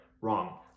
Wrong